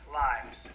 lives